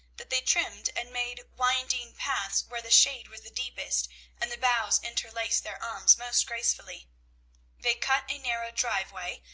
that they trimmed and made winding paths where the shade was the deepest and the boughs interlaced their arms most gracefully they cut a narrow driveway,